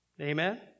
Amen